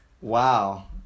wow